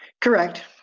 Correct